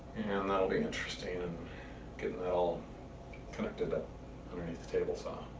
and that'll be interesting. and get it all connected up underneath the table saw.